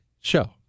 show